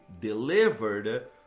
delivered